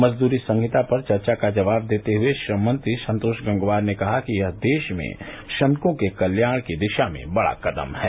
मजदूरी संहिता पर चर्चा का जवाब देते हए श्रम मंत्री संतोष गंगवार ने कहा कि यह देश में श्रमिकों के कल्याण की दिशा में बड़ा कदम है